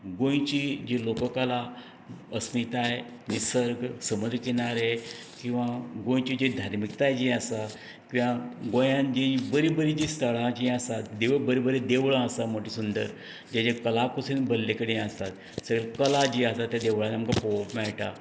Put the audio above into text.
गोंयची जी लोककला अस्मिताय निसर्ग समुद्र किनारे किंवा गोंयचीं जी धार्मीकताय जी आसा किंवा गोंयान जीं बरीं बरीं स्थळां जीं आसात किंवा बरीं बरीं देवळां आसात मोटी सुंदर ताजे कला पसून भरले कडेन आसा ताजेर कला जी आसा ते देवळांनी आमकां पळोवंक मेळटा